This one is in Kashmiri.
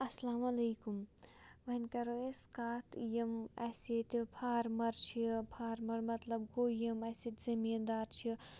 اَسَلامُ علیکُم وۄنۍ کَرو أسۍ کَتھ یِم اَسہِ ییٚتہِ فارمَر چھِ فارمَر مَطلَب گوٚو یِم اَسہِ ییٚتہِ زٔمیٖندار چھِ